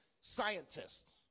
scientists